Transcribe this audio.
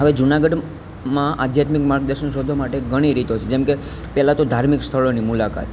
હવે જુનાગઢમાં આધ્યાત્મિક માર્ગદર્શન શોધવાં માટે ઘણી રીતો છે જેમ કે પહેલાં તો ધાર્મિક સ્થળોની મુલાકાત